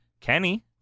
Kenny